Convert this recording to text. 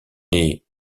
les